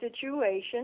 situation